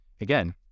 Again